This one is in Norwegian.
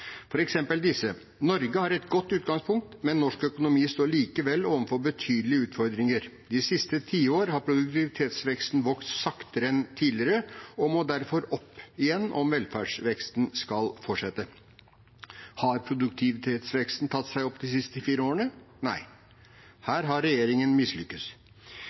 disse: Norge har et godt utgangspunkt, men norsk økonomi står likevel overfor betydelige utfordringer. Det siste tiåret har produktivitetsveksten vært svakere enn tidligere og må derfor opp igjen om velstandsveksten skal fortsette. – Har produktivitetsveksten tatt seg opp de siste fire årene? Nei. Her har regjeringen